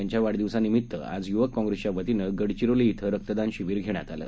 त्यांच्या वाढदिवसानिमित्त आज युवक काँप्रेसच्या वतीनं गडचिरोली इथं रक्तदान शिविर घेण्यात आले